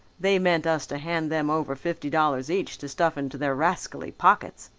they meant us to hand them over fifty dollars each to stuff into their rascally pockets.